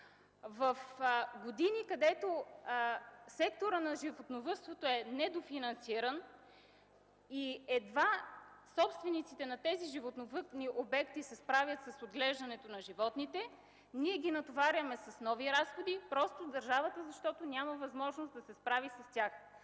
В години, в които секторът на животновъдството е недофинансиран и собствениците на тези животновъдни обекти едвам се справят с оглеждането на животните, ние ги натоварваме с нови разходи, просто защото държавата няма възможност да се справи с тях.